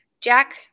Jack